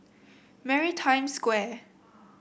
Maritime Square